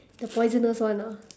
the poisonous one ah